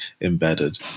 embedded